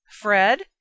Fred